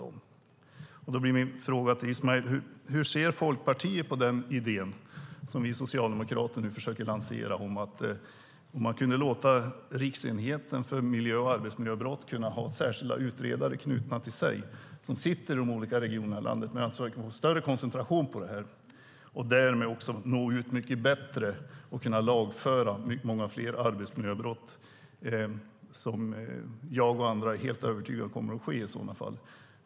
Min fråga till Ismail blir: Hur ser Folkpartiet på den idé som Socialdemokraterna försökt lansera om att låta Riksenheten för miljö och arbetsmiljömål ha till sig knutna särskilda utredare som sitter i de olika regionerna i landet? Man kan alltså få en större koncentration och därmed också nå ut bättre. Jag och många med mig är helt övertygade om att man i sådana fall kan lagföra fler arbetsmiljöbrott.